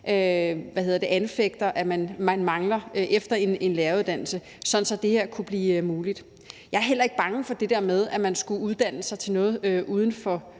påpeger at lærerne mangler efter en læreruddannelse, sådan at det her kunne blive muligt. Jeg er heller ikke bange for det der med, at man skulle uddanne sig til noget, der